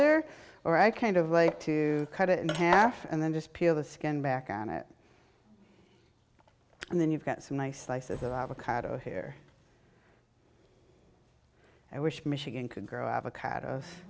there or i kind of like to cut it in half and then just peel the skin back on it and then you've got some nice slices of avocado here i wish michigan could grow avocados